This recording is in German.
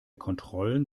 kontrollen